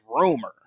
rumor